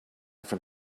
from